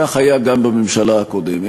כך היה גם בממשלה הקודמת,